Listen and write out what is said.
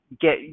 get